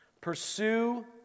Pursue